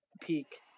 peak